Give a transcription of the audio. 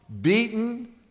beaten